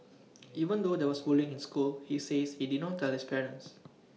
even though there was bullying in school he says he did not tell his parents